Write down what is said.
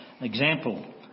example